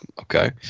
Okay